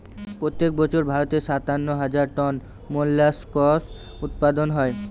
প্রত্যেক বছর ভারতে সাতান্ন হাজার টন মোল্লাসকস উৎপাদন হয়